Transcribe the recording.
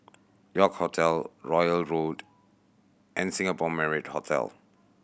York Hotel Royal Road and Singapore Marriott Hotel